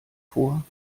vor